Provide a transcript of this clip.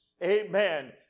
Amen